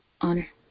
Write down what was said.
honor